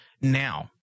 Now